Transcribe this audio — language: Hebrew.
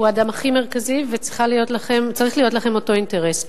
הוא האדם הכי מרכזי, וצריך להיות לכם אותו אינטרס.